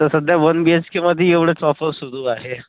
तर सध्या one B H केमध्ये एवढंच ऑफर सुरू आहे